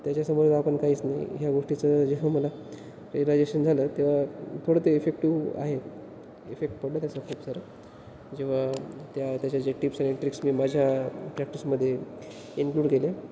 त्याच्यासमोर आपण काहीच नाही ह्या गोष्टीचं जेव्हा मला रिअलायजेशन झालं तेव्हा थोडं ते इफेक्टिव्ह आहे इफेक्ट पडला त्याचा खूप सारा जेव्हा त्या त्याच्या जे टिप्स आणि ट्रिक्स मी माझ्या प्रॅक्टिसमध्ये इनक्लूड केले